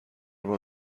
بار